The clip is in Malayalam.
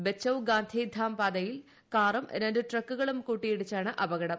ബച്ചൌ ഗാന്ധി ധാം പാതയിൽ കാറും രണ്ടു ട്രക്കുകളും കൂട്ടിയിടിച്ചാണ് അപകടം